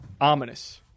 ominous